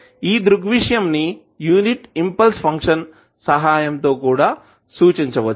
ఈ దృగ్విషయం ని యూనిట్ ఇంపల్స్ ఫంక్షన్ సహాయం తో కూడా సూచించవచ్చు